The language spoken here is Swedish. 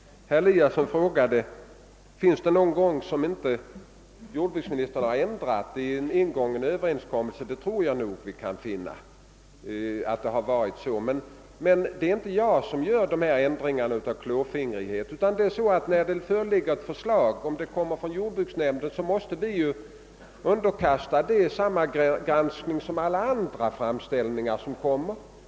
Herr Eliasson i Moholm frågade, om det någonsin inträffat att jordbruksministern inte har ändrat en ingången överenskommelse. Jag tror nog vi kan finna att det har hänt. Men det är inte jag som gör ändringar av klåfingrighet, utan när det föreligger ett förslag från jordbruksnämnden måste vi underkasta det samma granskning som alla andra framställningar.